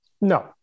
no